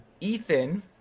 Ethan